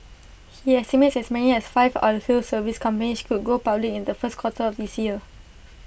he estimates as many as five oilfield service companies could go public in the first quarter of this year